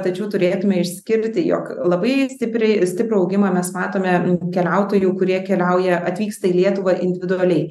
tačiau turėtume išskirti jog labai stipriai stiprų augimą mes matome keliautojų kurie keliauja atvyksta į lietuvą individualiai